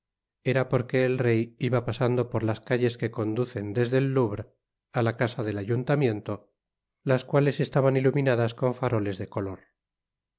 era porque el rey iba pasando por las calles que conducen desde el louvre á la casa del ayuntamiento las cuales estaban iluminadas con faroles de color